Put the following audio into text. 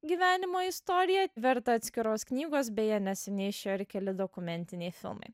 gyvenimo istorija verta atskiros knygos beje neseniai išėjo ir keli dokumentiniai filmai